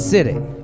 City